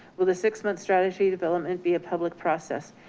will the six month strategy development be a public process?